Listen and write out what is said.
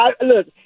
Look